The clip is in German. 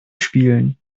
spielen